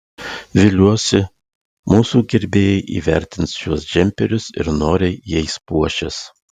viliuosi mūsų gerbėjai įvertins šiuos džemperius ir noriai jais puošis